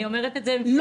אני אומרת את זה כהערה.